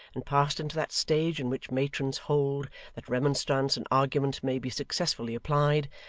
and passed into that stage in which matrons hold that remonstrance and argument may be successfully applied,